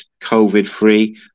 COVID-free